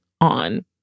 on